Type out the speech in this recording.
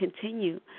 continue